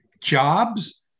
jobs